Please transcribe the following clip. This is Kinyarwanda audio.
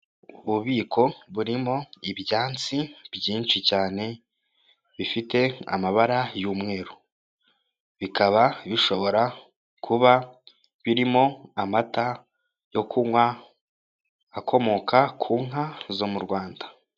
Ububiko burimo ibyandi byinshi cyane, bifite amabara y'umweru, bikaba bishobora kuba birimo amata yo kunywa akomoka ku nka zo mu Rwanda.